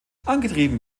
angetrieben